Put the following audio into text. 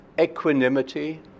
equanimity